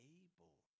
able